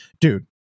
Dude